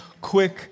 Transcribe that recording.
quick